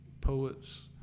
poets